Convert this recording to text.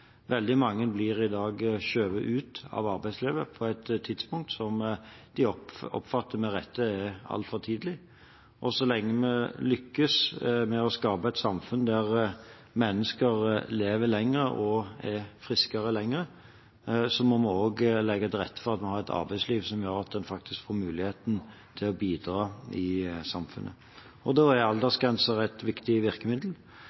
Veldig mange blir i dag skjøvet ut av arbeidslivet på et tidspunkt som de oppfatter – med rette – er altfor tidlig. Så lenge vi lykkes med å skape et samfunn der mennesker lever lenger og er friskere lenger, må vi også legge til rette for at vi har et arbeidsliv som gjør at en får mulighet til å bidra i samfunnet. Da er aldersgrenser et viktig virkemiddel.